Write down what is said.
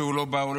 כשהוא לא בעולם,